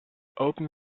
open